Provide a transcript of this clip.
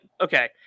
okay